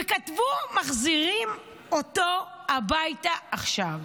וכתבו: "מחזירים אותו הביתה עכשיו".